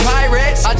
Pirates